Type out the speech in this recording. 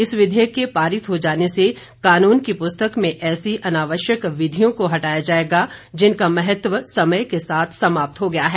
इस विधेयक के पारित हो जाने से कानून की पुस्तक से ऐसी अनावश्यक विधियों को हटाया जाएगा जिनका महत्व समय के साथ समाप्त हो गया है